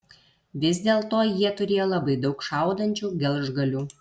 vis dėlto jie turėjo labai daug šaudančių gelžgalių